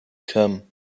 come